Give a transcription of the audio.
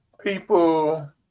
people